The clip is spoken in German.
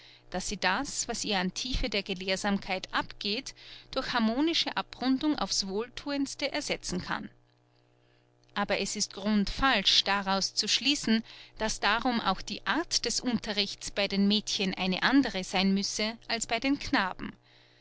daß sie das was ihr an tiefe der gelehrsamkeit abgeht durch harmonische abrundung auf's wohlthuendste ersetzen kann aber es ist grundfalsch daraus zu schließen daß darum auch die art des unterrichts bei den mädchen eine andere sein müsse als bei den knaben